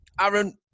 Aaron